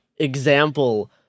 example